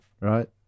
right